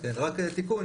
רק תיקון.